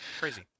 Crazy